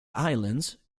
islands